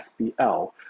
sbl